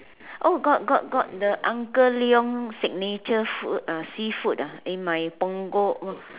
oh got got got the uncle Leong signature food ah seafood ah in my Punggol